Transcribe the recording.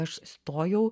aš stojau